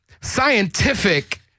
scientific